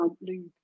lube